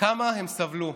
כמה הם סבלו,